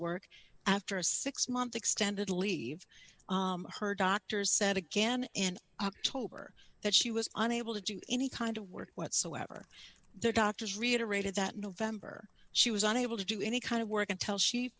work after a six month extended leave her doctors said again in october that she was unable to do any kind of work whatsoever their doctors reiterated that november she was unable to do any kind of work until she